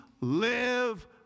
live